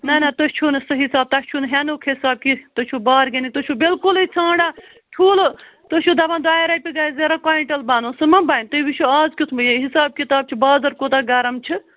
نہَ نہَ تُہۍ چھُو نہٕ سُہ حِساب تۄہہِ چھُو نہٕ ہٮ۪نُک حِساب کیٚنٛہہ تُہۍ چھُو بارگینِنٛگ تُہۍ چھُو بلکُلٕے ژھانٛڈان ٹھوٗلہٕ تُہۍ چھُو دَپان ڈایہِ رۄپیہِ گَژھِ ظٲہرا کۅینٛٹل بنُن سُہ ما بنہِ تُہۍ وُچھِو اَز کٮُ۪تھ میٚے حِساب کِتاب چھُ بازر کوٗتاہ گَرم چھُ